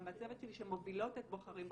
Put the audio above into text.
מהצוות שלי שמובילות את "בוחרים בחיים",